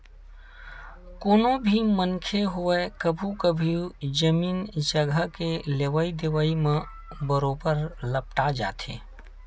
कोनो भी मनखे होवय कभू कभू जमीन जघा के लेवई देवई म बरोबर लपटा जाथे